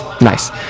Nice